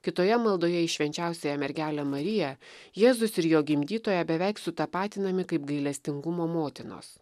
kitoje maldoje į švenčiausiąją mergelę mariją jėzus ir jo gimdytoja beveik sutapatinami kaip gailestingumo motinos